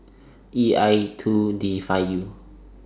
E I two D five U